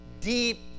deep